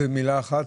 עוד מילה אחת.